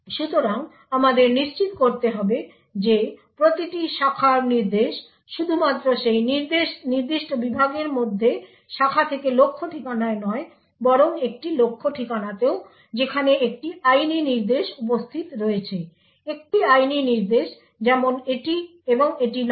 সুতরাং আমাদের নিশ্চিত করতে হবে যে প্রতিটি শাখার নির্দেশ শুধুমাত্র সেই নির্দিষ্ট বিভাগের মধ্যে শাখা থেকে লক্ষ্য ঠিকানায় নয় বরং একটি লক্ষ্য ঠিকানাতেও যেখানে একটি আইনি নির্দেশ উপস্থিত রয়েছে একটি আইনি নির্দেশ যেমন এটি এবং এটি নয়